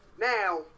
Now